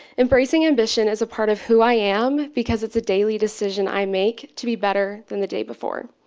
embraceing ambition is a part of who i am because it's a daily decision i make to be better than the day before.